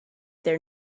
their